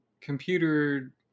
computer